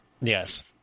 Yes